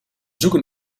zoeken